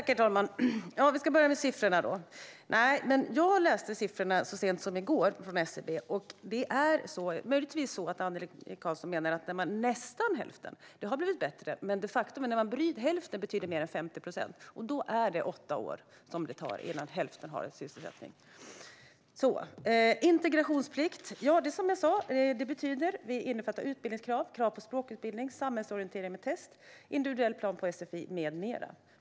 Herr talman! Jag börjar med siffrorna. Jag läste siffrorna från SCB så sent som i går. Möjligtvis menar Annelie Karlsson att det har blivit bättre när det gäller nästan hälften. Men faktum är att hälften betyder mer än 50 procent, och då tar det åtta år innan hälften har sysselsättning. När det gäller integrationsplikt innefattar det, som jag sa, utbildningskrav, krav på språkutbildning, samhällsorientering med test, individuell plan på sfi med mera.